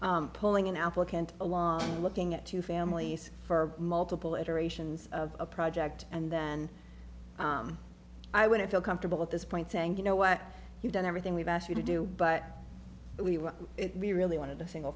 uncomfortable pulling an applicant along looking at two families for multiple iterations of a project and then i wouldn't feel comfortable at this point saying you know what you've done everything we've asked you to do but we were we really wanted a single